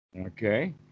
Okay